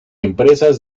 empresas